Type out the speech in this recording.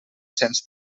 cents